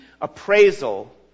appraisal